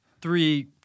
three